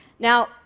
now,